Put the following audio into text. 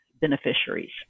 beneficiaries